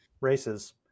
races